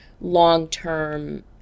long-term